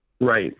Right